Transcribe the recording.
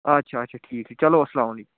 اچھا اچھا ٹھیٖک چھُ چلو اَسلامُ علیکُم